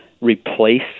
replace